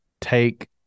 take